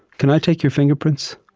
can i take your fingerprints?